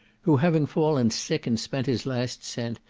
who having fallen sick, and spent his last cent,